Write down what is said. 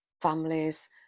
families